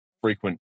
frequent